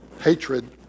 hatred